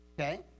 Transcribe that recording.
Okay